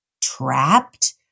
trapped